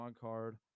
card